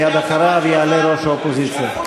ומייד אחריו יעלה ראש האופוזיציה.